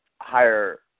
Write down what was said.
higher